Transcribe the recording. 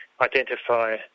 identify